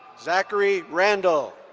zachary randall.